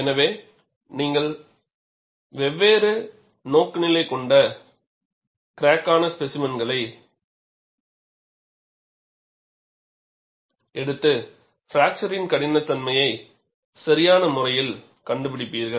எனவே நீங்கள் வெவ்வேறு நோக்குநிலை கொண்ட கிராக்கான ஸ்பேசிமென்களை S எடுத்து பிராக்சரின் கடினத்தன்மையை சரியான முறையில் கண்டுபிடிப்பீர்கள்